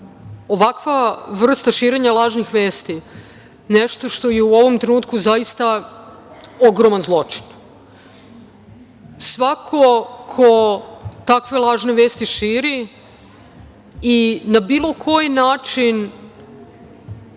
ovakva vrsta širenja lažnih vesti nešto što je u ovom trenutku ogroman zločin. Svako ko takve lažne vesti širi i na bilo koji način